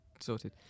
sorted